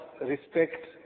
respect